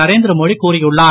Narendra Modi கூறியுளார்